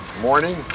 morning